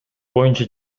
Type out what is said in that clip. боюнча